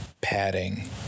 padding